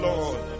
Lord